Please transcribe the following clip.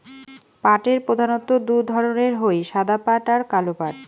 পাটের প্রধানত্ব দু ধরণের হই সাদা পাট আর কালো পাট